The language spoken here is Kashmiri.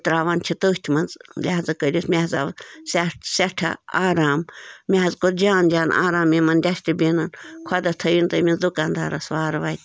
تَراوان چھِ تٔتھۍ منٛز لہزا کٔرِتھ مےٚ حظ آو سیٚٹھ سٮ۪ٹھاہ آرام مےٚ حظ کوٚر جان جان آرام یِمن ڈشٹہٕ بِنن خۄدا تھٲینۍ تٔمِس دُکاندارس وارٕ وَتہِ